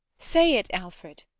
say it, alfred!